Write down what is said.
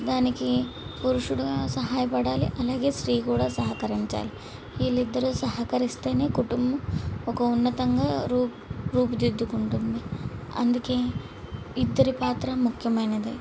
దానికి పురుషుడు కూడా సహాయపడాలి అలాగే స్త్రీ కూడా సహకరించాలి వీళ్ళిద్దరూ సహకరిస్తేనే కుటుంబం ఒక ఉన్నతంగా రూపు రూపుదిద్దుకుంటుంది అందుకే ఇద్దరి పాత్ర ముఖ్యమైనది